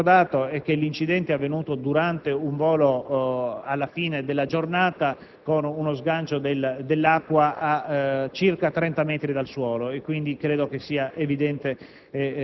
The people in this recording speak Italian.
ricordato, e che l'incidente è avvenuto durante un volo alla fine della giornata, con uno sgancio dell'acqua a circa 30 metri dal suolo. Quindi, credo che sia evidente